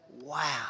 wow